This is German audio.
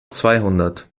zweihundert